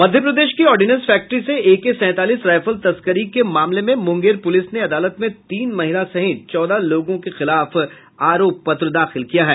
मध्य प्रदेश के ordnance factory से AK सैंतालीस रायफल तस्करी के मामले में मुंगेर पुलिस ने अदालत में तीन महिला सहित चौदह लोगों के खिलाफ आरोप पत्र दाखिल किया है